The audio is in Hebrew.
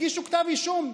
הגישו כתב אישום.